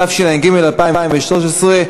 התשע"ג 2013,